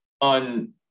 on